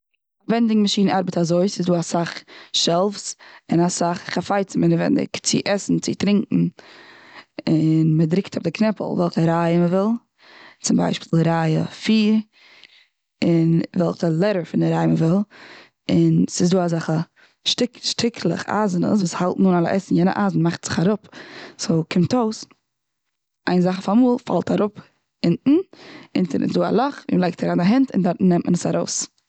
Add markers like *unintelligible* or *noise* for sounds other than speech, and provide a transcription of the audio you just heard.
ווענדינג מאשין ארבעט אזוי. ס'איז דא אסאך שעלווס, און אסאך חפצים אינעווייניג, צו עסן צו טרינקען, און מ'דריקט אויף די קנעפל וועלכע רייע מ'וויל, צום ביישפיל רייע פיר, און וועלכע לעטער פון די רייע מ'וויל, און ס'איז דא אזעלכע *unintelligible* שטיקלעך, אייזענעס וואס האלטן אלע עסן, יענע אייזען מאכט זיך אראפ סאו ס'קומט אויס, איין זאך אויף אמאל פאלט אראפ אונטן. אונטן איז דא א לאך און מ'לייגט אריין די הענט און דארטן נעמט מען עס ארויס.